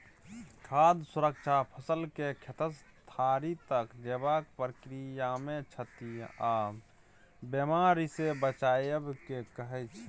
खाद्य सुरक्षा फसलकेँ खेतसँ थारी तक जेबाक प्रक्रियामे क्षति आ बेमारीसँ बचाएब केँ कहय छै